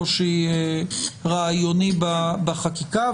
קושי רעיוני בחקיקה.